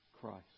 Christ